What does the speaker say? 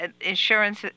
insurance